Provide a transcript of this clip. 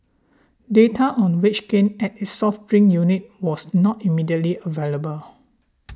data on wage gains at its soft drink unit was not immediately available